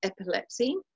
epilepsy